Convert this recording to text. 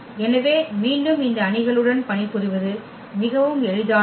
எனவே மீண்டும் இந்த அணிகளுடன் பணிபுரிவது மிகவும் எளிதானது